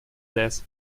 death